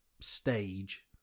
stage